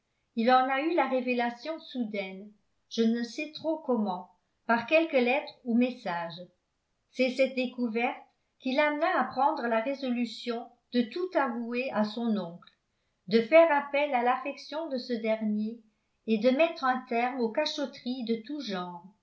il en a eu la révélation soudaine je ne sais trop comment par quelque lettre ou message c'est cette découverte qui l'amena à prendre la résolution de tout avouer à son oncle de faire appel à l'affection de ce dernier et de mettre un terme aux cachotteries de tout genre